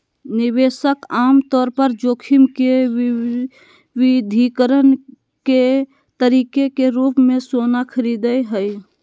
निवेशक आमतौर पर जोखिम के विविधीकरण के तरीके के रूप मे सोना खरीदय हय